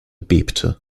bebte